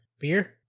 beer